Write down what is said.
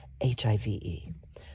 H-I-V-E